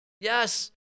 Yes